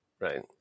right